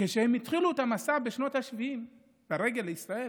כשהם התחילו את המסע בשנות השבעים ברגל לישראל,